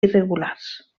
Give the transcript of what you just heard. irregulars